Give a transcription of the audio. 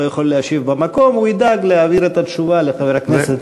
לא יכול להשיב במקום הוא ידאג להעביר את התשובה לחבר הכנסת,